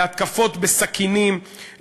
להתקפות בסכינים,